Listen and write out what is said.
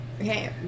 Okay